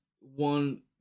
one